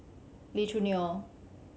Lee Choo Neo